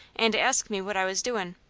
and asked me what i was doin'.